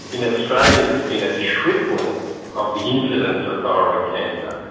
in australia there has been a tripling of the incidence of thyroid cancer.